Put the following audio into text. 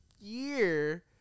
year